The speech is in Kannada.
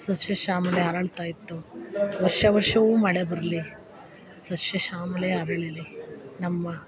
ಸಸ್ಯ ಶ್ಯಾಮಲೆ ಅರಳ್ತ ಇತ್ತು ವರ್ಷ ವರ್ಷವು ಮಳೆ ಬರಲಿ ಸಸ್ಯ ಶ್ಯಾಮಲೆ ಅರಳಲಿ ನಮ್ಮ